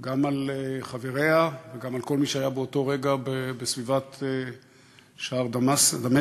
גם על חבריה וגם על כל מי שהיה באותו רגע בסביבת שער דמשק,